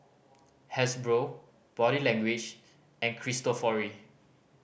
Hasbro Body Language and Cristofori